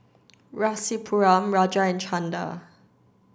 Rasipuram Raja and Chanda